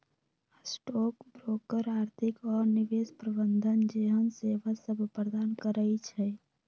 stock broker आर्थिक आऽ निवेश प्रबंधन जेहन सेवासभ प्रदान करई छै